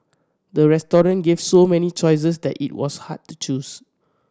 the restaurant give so many choices that it was hard to choose